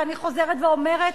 ואני חוזרת ואומרת,